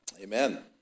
Amen